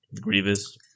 Grievous